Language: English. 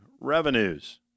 revenues